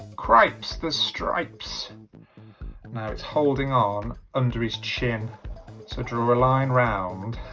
cripes the stripes now it's holding on under his chin so draw a line round